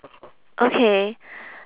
okay